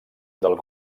del